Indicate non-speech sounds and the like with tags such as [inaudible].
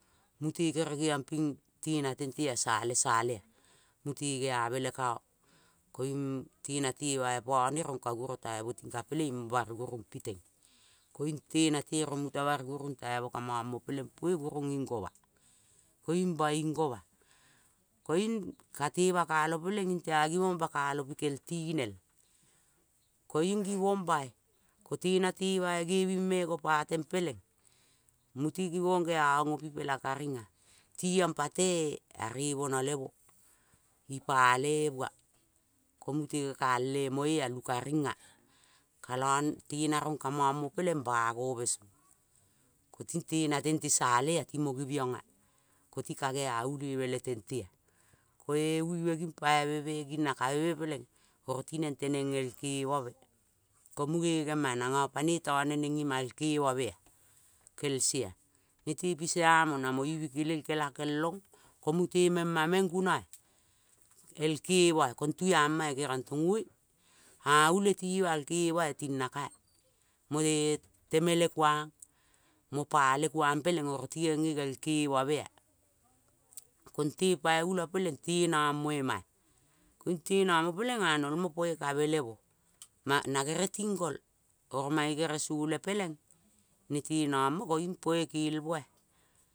Mute kere geiong ping tena tengtea salesalea mute geabe le kao. Koing tenate boipo leong ka guro tai moti ka going bari gunig piteng taimo ka momo pve guruging goma koing boing goma koing boing goma koing kate bakalo pikel tinel koing gibong boi. Ko tenate boi gebing me goma leng peleng muti gibong geong opipela karingea tiong pale [hesitation] eare mono lemo pipalemoa. Ko mute gekal [hesitation] moae lu karing nga kalon tena rong ka mongmo peleng bagobe song. Tilena tentea salea timo geviongea, ko ti ka gea uleve le tentea. Ko wive nging paive ne nakaveme teneng el kevove ko munge ngengma ea, kelse ea. Nete pisa mo namo i bikelel kelakelong ko mute mengmameng gunoea, el keroea kongtuamaea keriong tong oea ea ule tivael kevoea ting nakaea moe temelekuang mo pale kuang peleng oro tingenge ngel kerovea. Kong tepoiulo peleng te nong moemaea. Koing le nongmo pelengea nolmo koing poi kavelemo ma nere ting gol. Oro mange kere sole peleng nete nongono koing poi kelmvoea.